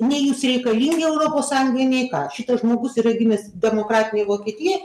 nei jūs reikalingi europos sąjungai nei ką šitas žmogus yra gimęs demokratinėj vokietijoj